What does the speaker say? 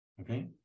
Okay